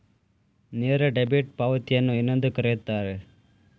ನೇರ ಡೆಬಿಟ್ ಪಾವತಿಯನ್ನು ಏನೆಂದು ಕರೆಯುತ್ತಾರೆ?